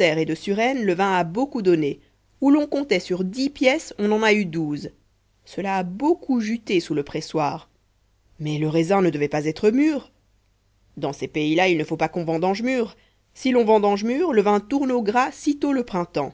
et de suresnes le vin a beaucoup donné où l'on comptait sur dix pièces on en a eu douze cela a beaucoup juté sous le pressoir mais le raisin ne devait pas être mûr dans ces pays-là il ne faut pas qu'on vendange mûr si l'on vendange mûr le vin tourne au gras sitôt le printemps